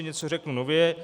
Něco řeknu nově.